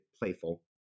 playful